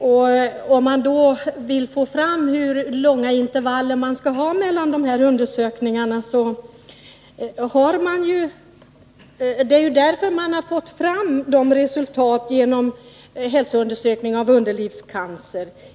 Det gäller att komma fram till hur långa intervaller man skall ha för de här undersökningarna, och i det avseendet har vi ju erfarenhet av de resultat som uppnåtts genom hälsoundersökningar när det gäller underlivscancer.